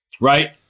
right